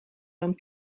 dan